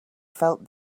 felt